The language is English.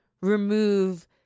remove